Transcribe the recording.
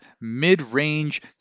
mid-range